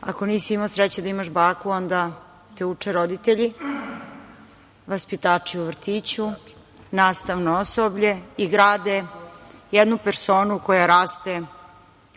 ako nisi imao sreće da imaš baku, onda te uče roditelji, vaspitači u vrtiću, nastavno osoblje i grade jednu personu koja raste